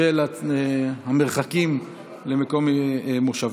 בשל המרחקים למקום מושבו.